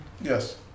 Yes